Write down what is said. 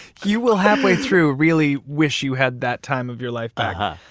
you will, halfway through, really wish you had that time of your life but